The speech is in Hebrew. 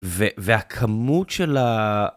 ו-והכמות של ה...